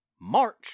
March